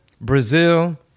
Brazil